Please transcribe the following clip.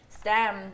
STEM